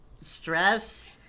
stress